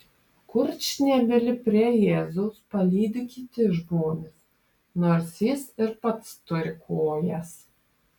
kurčnebylį prie jėzaus palydi kiti žmonės nors jis ir pats turi kojas